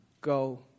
go